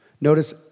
Notice